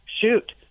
shoot